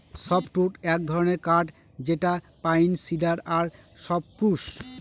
softwood এক ধরনের কাঠ যেটা পাইন, সিডার আর সপ্রুস